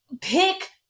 pick